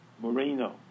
Moreno